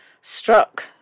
struck